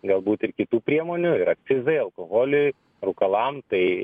galbūt ir kitų priemonių ir akcizai alkoholiui rūkalam tai